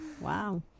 Wow